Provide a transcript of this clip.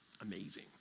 amazing